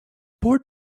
board